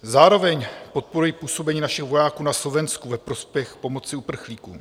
Zároveň podporuji působení našich vojáků na Slovensku ve prospěch pomoci uprchlíkům.